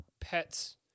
pets